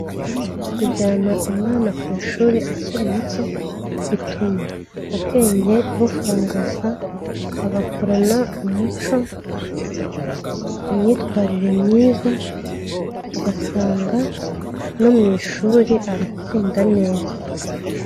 Kujyana umwana ku ishuri akiri muto, bituma ubwenge bufunguka, agakurana, umuco, imyitwarire myiza, ugasanga no mu ishuri aratsinda neza.